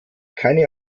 keine